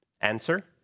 Answer